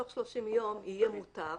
בתוך 30 יום יהיה מותר,